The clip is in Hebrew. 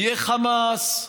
יהיה חמאס,